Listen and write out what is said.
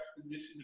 position